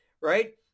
right